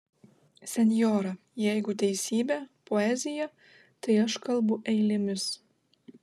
senjora jeigu teisybė poezija tai aš kalbu eilėmis